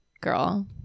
Girl